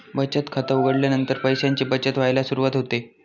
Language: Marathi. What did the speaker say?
बचत खात उघडल्यानंतर पैशांची बचत व्हायला सुरवात होते